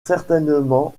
certainement